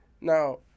Now